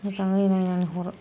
मोजाङै नायनानै हर